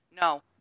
no